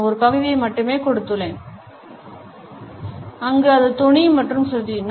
நான் ஒரு பகுதியை மட்டுமே கொடுத்துள்ளேன் அங்கு அது தொனி மற்றும் சுருதி